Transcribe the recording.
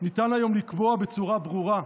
ניתן היום לקבוע בצורה ברורה,